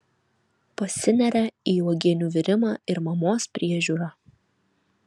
pasineria į uogienių virimą ir mamos priežiūrą